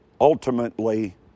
Ultimately